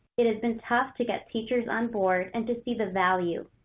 it has been tough to get teachers on board and to see the value,